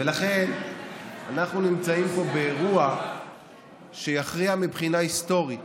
לכן אנחנו נמצאים פה באירוע שיכריע מבחינה היסטורית